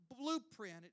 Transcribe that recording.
blueprint